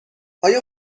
آیا